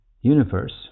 universe